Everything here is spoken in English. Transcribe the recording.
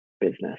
business